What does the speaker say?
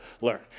learn